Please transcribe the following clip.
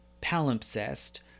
palimpsest